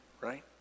right